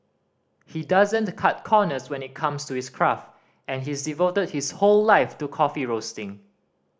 he doesn't cut corners when it comes to his craft and he's devoted his whole life to coffee roasting